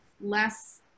less